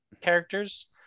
characters